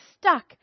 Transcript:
stuck